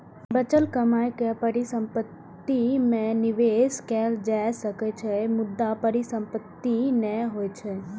बचल कमाइ के परिसंपत्ति मे निवेश कैल जा सकै छै, मुदा परिसंपत्ति नै होइ छै